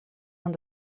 aan